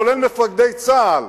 כולל מפקדי צה"ל,